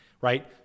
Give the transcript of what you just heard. right